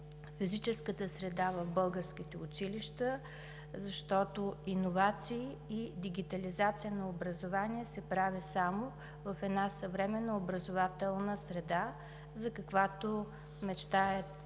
физическата среда в българските училища, защото иновации и дигитализация на образование се прави само в една съвременна образователна среда, за каквато мечтаят